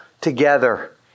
together